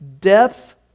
depth